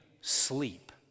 sleep